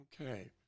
Okay